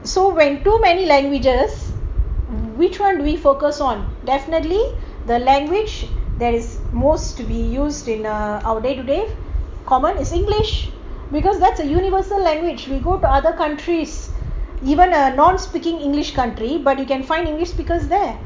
so when too many languages which one do we focus on definitely the language that is most to be used in ugh our day to day common is english because that's a universal language we go to other countries even a non speaking english country but you can find english speakers there